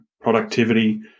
productivity